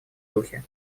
духе